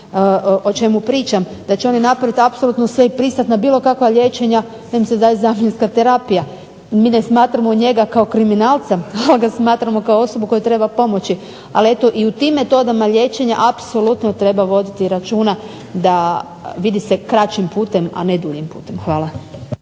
o čemu pričam, da će oni napraviti apsolutno sve i pristati na bilo kakva liječenja da im se da zamjenska terapija. Mi ne smatramo njega kao kriminalca, ali ga smatramo kao osobu koja treba pomoć. Ali eto i u tim metodama liječenja apsolutno treba voditi računa da se ide kraćim putem, a ne duljim putem. Hvala.